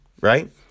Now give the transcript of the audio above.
right